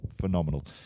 phenomenal